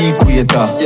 Equator